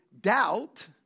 doubt